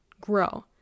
grow